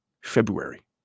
February